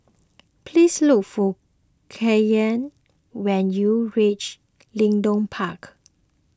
please look for Kyra when you reach Leedon Park